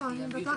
אני אספר לך